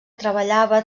treballava